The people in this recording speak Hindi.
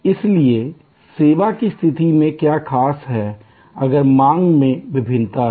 इसलिए सेवा की स्थिति में क्या खास है अगर मांग में भिन्नता है